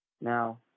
Now